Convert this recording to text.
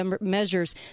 measures